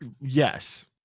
yes